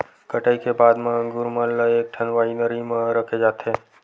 कटई के बाद म अंगुर मन ल एकठन वाइनरी म रखे जाथे